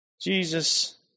Jesus